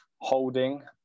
Holding